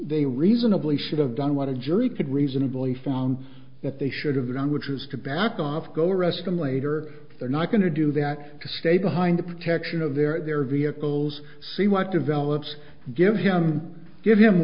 they reasonably should have done what a jury could reasonably found that they should have done which is to back off go arrest them later they're not going to do that to stay behind the protection of their vehicles see what develops give him give him